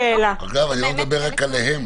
במתחם כולו --- אגב, אני לא מדבר רק עליהם.